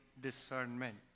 discernment